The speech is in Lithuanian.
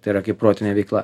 tai yra kaip protinė veikla